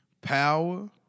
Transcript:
power –